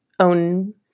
Own